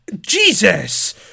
jesus